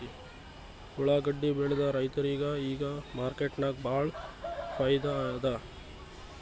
ಉಳ್ಳಾಗಡ್ಡಿ ಬೆಳದ ರೈತರಿಗ ಈಗ ಮಾರ್ಕೆಟ್ನಾಗ್ ಭಾಳ್ ಫೈದಾ ಅದಾ